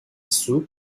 soup